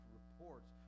reports